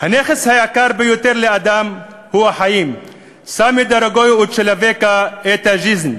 "הנכס היקר ביותר לאדם הוא החיים (חוזר על הדברים בשפה הרוסית),